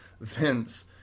Vince